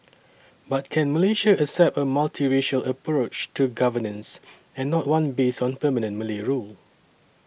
but can Malaysia accept a multiracial approach to governance and not one based on permanent Malay rule